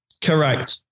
Correct